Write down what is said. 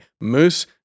Moose